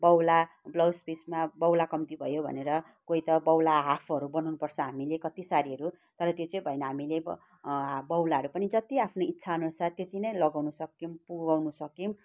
बौला ब्लाउज पिसमा बौला कम्ति भयो भनेर कोही त बौला हाफहरू बनाउँनु पर्छ हामीले कति सारीहरू तर त्यो चाहिँ भएन हामीले हाफ बौलाहरू पनि जति आफ्नो इच्छाअनुसार त्यति नै लगाउनु सक्यौँ पुगाउनु सक्यौँ